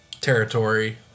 territory